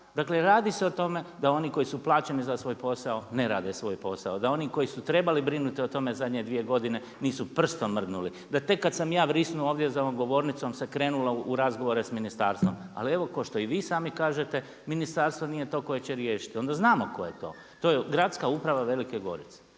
Dakle radi se o tome da oni koji su plaćeni za svoj posao ne rade svoj posao, da oni koji su trebali brinuti o tome zadnje dvije godine nisu prstom mrdnuli. Da tek kada sam ja vrisnuo ovdje za ovom govornicom se krenulo u razgovore sa ministarstvom. Ali evo kao što i vi sami kažete ministarstvo nije to koje će riješiti. Onda znamo tko je to, to je gradska uprava Velike Gorice.